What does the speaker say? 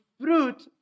fruit